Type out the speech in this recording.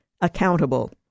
accountable